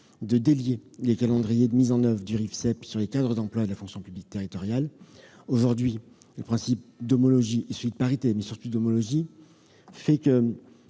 de délier les calendriers de mise en oeuvre du Rifseep sur les cadres d'emploi de la fonction publique territoriale. Aujourd'hui, le principe d'homologie et celui de parité- mais surtout celui d'homologie -fait que